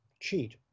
cheat